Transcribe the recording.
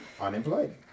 unemployed